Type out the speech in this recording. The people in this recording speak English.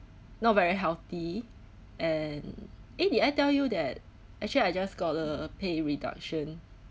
not very healthy and eh did I tell you that actually I just got a pay reduction